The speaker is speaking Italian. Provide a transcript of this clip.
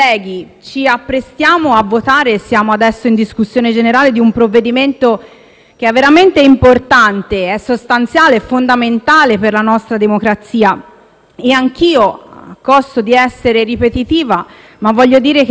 è veramente importante, sostanziale e fondamentale per la nostra democrazia. Anch'io, a costo di essere ripetitiva, vorrei dire che la relazione del presidente Calderoli sarebbe stata ancora più preziosa, vista l'importanza